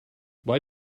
why